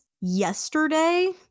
yesterday